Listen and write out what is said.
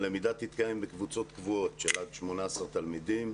הלמידה תתקיים בקבוצות קבועות של עד 18 תלמידים,